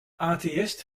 atheïst